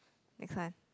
next one